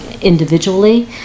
individually